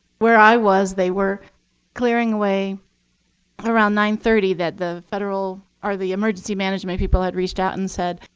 where i was, they were clearing away around nine thirty that the federal or the emergency management people had reached out and said,